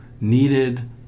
needed